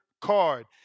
card